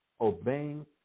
obeying